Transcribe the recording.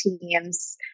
teams